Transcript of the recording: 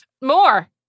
More